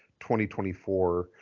2024